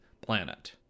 Planet